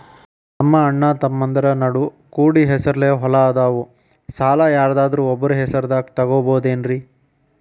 ನಮ್ಮಅಣ್ಣತಮ್ಮಂದ್ರ ನಡು ಕೂಡಿ ಹೆಸರಲೆ ಹೊಲಾ ಅದಾವು, ಸಾಲ ಯಾರ್ದರ ಒಬ್ಬರ ಹೆಸರದಾಗ ತಗೋಬೋದೇನ್ರಿ?